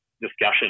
discussion